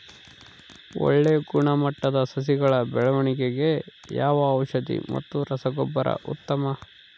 ಒಳ್ಳೆ ಗುಣಮಟ್ಟದ ಸಸಿಗಳ ಬೆಳವಣೆಗೆಗೆ ಯಾವ ಔಷಧಿ ಮತ್ತು ರಸಗೊಬ್ಬರ ಉತ್ತಮ?